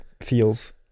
feels